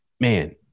man